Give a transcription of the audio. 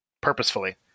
purposefully